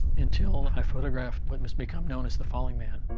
until i photographed what must become known as the falling man